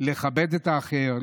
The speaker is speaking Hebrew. לכבד את האחר,